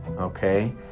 okay